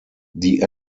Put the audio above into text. die